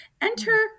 enter